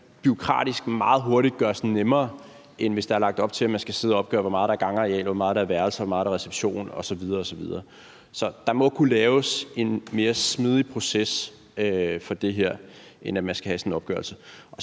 bureaukratisk set meget hurtigt gøres nemmere, end hvis, som der er lagt op til, man skal sidde og opgøre, hvor meget der er gangareal, hvor meget der er værelser, og hvor meget der er reception osv. Så der må kunne laves en mere smidig proces for det her, end at man skal have sådan en opgørelse.